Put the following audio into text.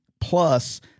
plus